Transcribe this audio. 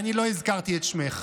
אני אקרא לך, על ראש הגנב בוער הכובע.